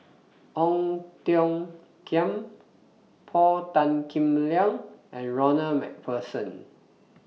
Ong Tiong Khiam Paul Tan Kim Liang and Ronald MacPherson